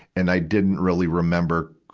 and i didn't really remember,